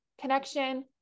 connection